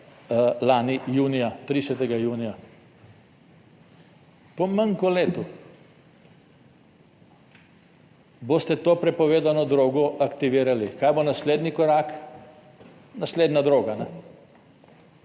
lani junija, 30. junija. Po manj kot letu boste to prepovedano drogo aktivirali. Kaj bo naslednji korak? Naslednja droga. Več